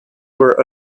were